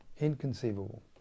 Inconceivable